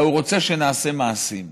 אלא הוא רוצה שנעשה מעשים.